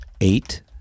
eight